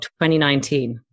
2019